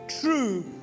true